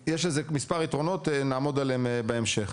יש לזה מספר יתרונות, נעמוד עליהם בהמשך.